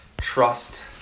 trust